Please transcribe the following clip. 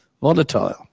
volatile